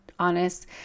honest